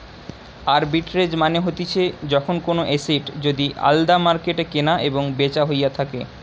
arbitrage মানে হতিছে যখন কোনো এসেট যদি আলদা মার্কেটে কেনা এবং বেচা হইয়া থাকে